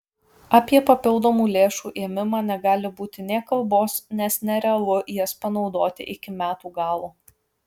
apie papildomų lėšų ėmimą negali būti nė kalbos nes nerealu jas panaudoti iki metų galo